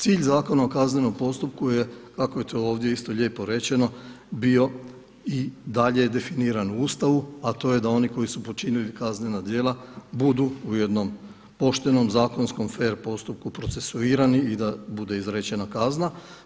Cilj Zakona o kaznenom postupku je kako je to ovdje isto lijepo rečeno, bio i dalje je definiran u Ustavu, a to je da oni koji su počinili kaznena djela budu u jednom poštenom zakonskom fer postupku procesuirani i da bude izrečena kazna.